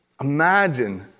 Imagine